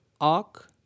arc